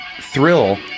thrill